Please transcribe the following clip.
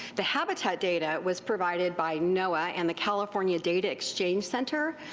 the habitat data was provided by noaa and the california data exchange center,